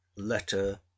letter